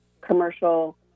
commercial